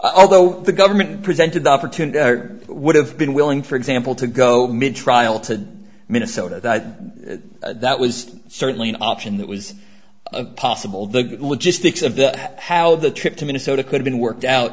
although the government presented opportunity would have been willing for example to go mid trial to minnesota that was certainly an option that was possible the logistics of the how the trip to minnesota could've been worked out